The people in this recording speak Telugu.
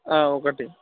ఒకటి